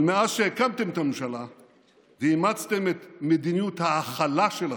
אבל מאז שהקמתם את הממשלה ואימצתם את מדיניות ההכלה שלכם,